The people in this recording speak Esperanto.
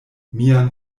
mian